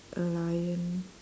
a lion